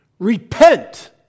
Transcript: repent